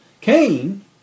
Cain